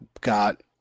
got